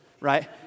right